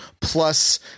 plus